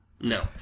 No